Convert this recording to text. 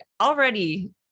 already